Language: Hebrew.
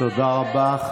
תודה רבה.